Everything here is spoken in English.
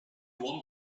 one